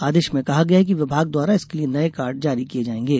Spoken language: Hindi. आदेश में कहा गया है कि विभाग द्वारा इसके लिए नये कार्ड जारी किये जायेंगे